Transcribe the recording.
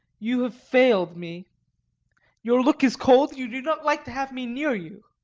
you have failed me your look is cold you do not like to have me near you.